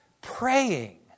praying